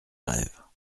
grèves